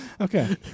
Okay